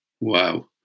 Wow